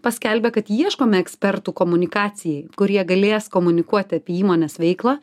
paskelbė kad ieškome ekspertų komunikacijai kur jie galės komunikuoti apie įmonės veiklą